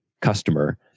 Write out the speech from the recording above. customer